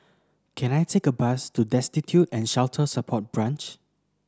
can I take a bus to Destitute and Shelter Support Branch